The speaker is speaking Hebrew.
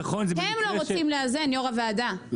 הם לא רוצים לאזן יו"ר הוועדה,